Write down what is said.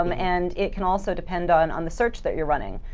um and it can also depend on on the search that you're running.